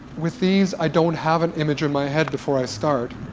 with these i don't have an image in my head before i start.